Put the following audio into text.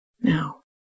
Now